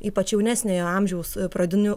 ypač jaunesniojo amžiaus pradinių